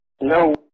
No